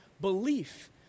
belief